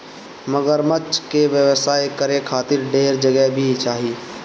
मगरमच्छ के व्यवसाय करे खातिर ढेर जगह भी चाही